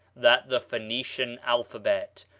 that the phoenician alphabet,